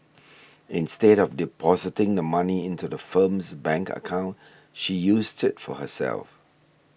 instead of depositing the money into the firm's bank account she used it for herself